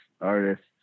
artists